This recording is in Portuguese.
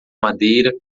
madeira